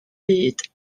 byd